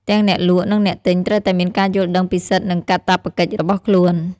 ទាំងអ្នកលក់និងអ្នកទិញត្រូវតែមានការយល់ដឹងពីសិទ្ធិនិងកាតព្វកិច្ចរបស់ខ្លួន។